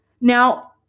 Now